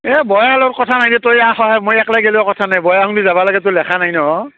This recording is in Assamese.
এই বইয়া হ'লেও কথা নাই দে তই আহ উলাই মই একলা গ'লেও কথা নাই বয়া শুনি যাব লাগেতো লেখা নাই নহয়